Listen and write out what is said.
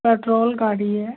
petrol गाड़ी है